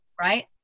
right